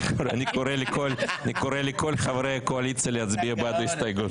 אני קורא לכל חברי הקואליציה להצביע בעד ההסתייגות.